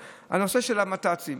על הנושא של הנת"צים.